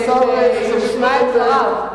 כדי שישמע את דבריו.